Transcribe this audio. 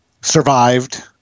survived